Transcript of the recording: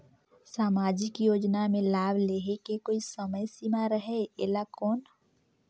समाजिक योजना मे लाभ लहे के कोई समय सीमा रहे एला कौन?